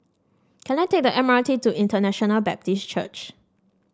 can I take the M R T to International Baptist Church